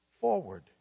forward